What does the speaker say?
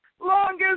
Longest